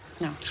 No